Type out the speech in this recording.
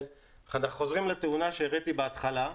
אנחנו חוזרים לתאונה שהראיתי בהתחלה.